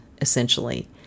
essentially